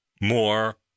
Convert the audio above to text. more